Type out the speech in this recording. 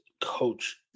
coach